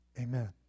Amen